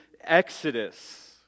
exodus